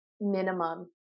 minimum